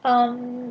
um